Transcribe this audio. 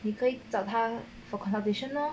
你可以找他 for consultation lor